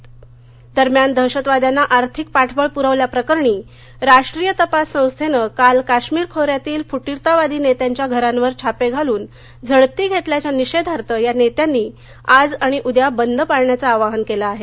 काश्मीर छापे दरम्यान दहशतवाद्यांना आर्थिक पाठबळ पुरवल्याप्रकरणी राष्ट्रीय तपास संस्थेनं काल काश्मीर खो यातील फुटीरतावादी नेत्यांच्या घरांवर छापे घालून झडती घेतल्याच्या निषेधार्थ या नेत्यांनी आज आणि उद्या बंद पाळण्याचं आवाहन केलं आहे